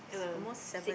um six